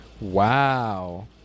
Wow